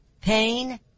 pain